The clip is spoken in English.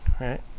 right